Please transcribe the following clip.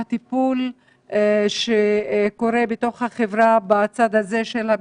הטיפול בחברה בצד הבדיקות,